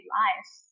life